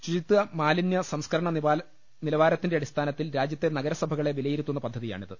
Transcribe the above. ശുചിത്വ മാലിന്യസംസ്കരണ നിലവാരത്തിന്റെ അടിസ്ഥാന ത്തിൽ രാജ്യത്തെ നഗരസഭകളെ വിലയിരുത്തുന്ന പദ്ധതിയാണിത്